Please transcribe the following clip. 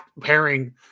pairing